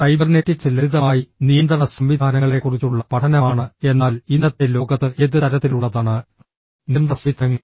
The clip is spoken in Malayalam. സൈബർനെറ്റിക്സ് ലളിതമായി നിയന്ത്രണ സംവിധാനങ്ങളെക്കുറിച്ചുള്ള പഠനമാണ് എന്നാൽ ഇന്നത്തെ ലോകത്ത് ഏത് തരത്തിലുള്ളതാണ് നിയന്ത്രണ സംവിധാനങ്ങൾ